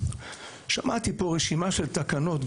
שמעתי פה רשימה של תקנות.